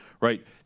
right